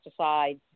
pesticides